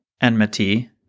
enmity